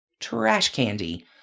trashcandy